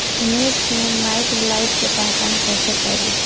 मिर्च मे माईटब्लाइट के पहचान कैसे करे?